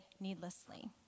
needlessly